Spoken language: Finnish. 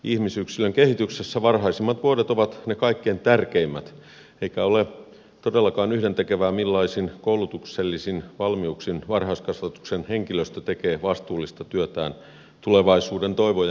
ihmisyksilön kehityksessä varhaisimmat vuodet ovat ne kaikkein tärkeimmät eikä ole todellakaan yhdentekevää millaisin koulutuksellisin valmiuksin varhaiskasvatuksen henkilöstö tekee vastuullista työtään tulevaisuuden toivojen parissa